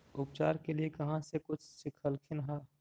उपचार के लीये कहीं से कुछ सिखलखिन हा?